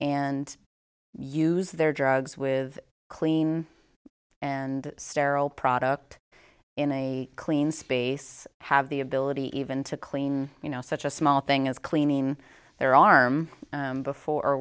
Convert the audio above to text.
and use their drugs with clean and sterile product in a clean space have the ability even to clean you know such a small thing as cleaning their arm before